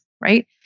right